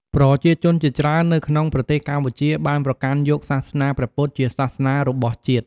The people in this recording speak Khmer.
ប្រជាជនជាច្រើននៅក្នុងប្រទេសកម្ពុជាបានប្រកាន់យកសាសនាព្រះពុទ្ធជាសាសនារបស់ជាតិ។